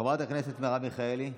חברת הכנסת מרב מיכאלי,